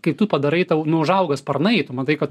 kai tu padarai tau nu užauga sparnai tu matai kad